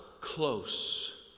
close